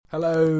Hello